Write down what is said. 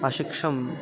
अशिक्षम्